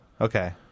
Okay